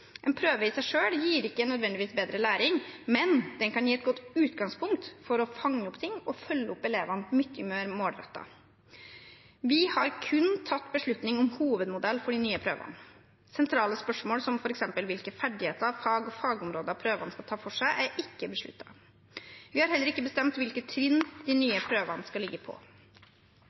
En prøve i seg selv gir ikke nødvendigvis bedre læring, men den kan gi et godt utgangspunkt for å fange opp ting og følge opp elevene mye mer målrettet. Vi har kun tatt beslutning om hovedmodell for de nye prøvene. Sentrale spørsmål som f.eks. hvilke ferdigheter, fag og fagområder prøvene skal ta for seg, er ikke besluttet. Vi har heller ikke bestemt hvilke trinn de nye prøvene skal ligge på.